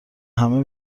همه